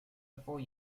before